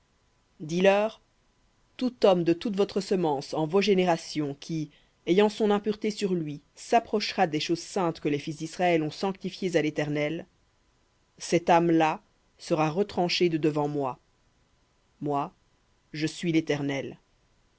dis-leur tout homme de toute votre semence en vos générations qui ayant son impureté sur lui s'approchera des choses saintes que les fils d'israël ont sanctifiées à l'éternel cette âme là sera retranchée de devant moi moi je suis l'éternel